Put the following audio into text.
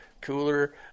cooler